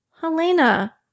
helena